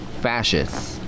fascists